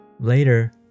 Later